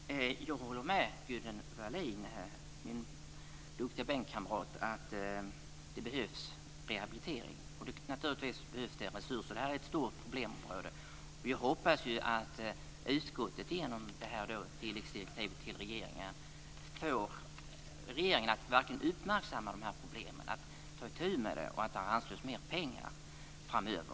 Fru talman! Jag håller med Gunnel Wallin, min duktiga bänkkamrat, om att det behövs rehabilitering och naturligtvis resurser. Detta är ett stort problemområde. Jag hoppas att utskottet genom tilläggsdirektivet till regeringen får regeringen att verkligen uppmärksamma dessa problem, att ta itu med dem och att anslå mer pengar framöver.